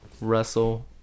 Russell